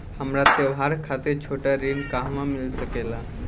हमरा त्योहार खातिर छोटा ऋण कहवा मिल सकेला?